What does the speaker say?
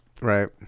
right